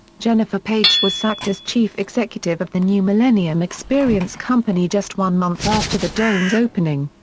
jennifer page was sacked as chief executive of the new millennium experience company just one month after the dome's opening.